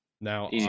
now